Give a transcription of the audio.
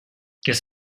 qu’est